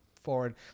forward